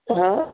ہاں